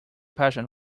passion